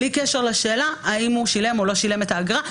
בלי קשר לשאלה האם הוא שילם או לא שילם את האגרה.